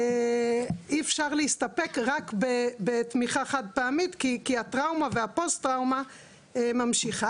אי אפשר להסתפק רק בתמיכה חד פעמית כי הטראומה והפוסט טראומה ממשיכים.